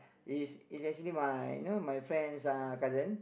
is is actually my you know my friend's uh cousin